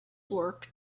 work